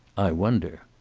i wonder!